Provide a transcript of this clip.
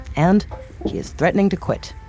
and he is threatening to quit